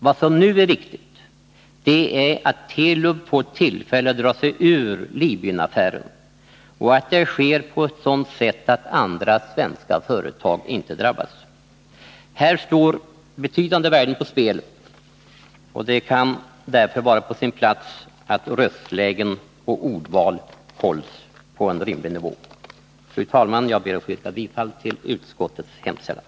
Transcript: Vad som nu är viktigt är att Telub får tillfälle att dra sig ur Libyen-affären och att det sker på ett sådant sätt att inte andra svenska företag drabbas. Här står betydande värden på spel. Det kan därför vara på sin plats med röstlägen och ordval på en rimlig nivå. Fru talman! Jag ber att få yrka bifall till utskottets hemställan.